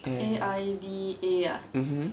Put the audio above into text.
mmhmm